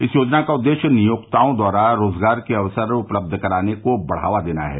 इस योजना का उद्देश्य नियोक्ताओं द्वारा रोजगार के अवसर उपलब्ध कराने को बढ़ावा देना है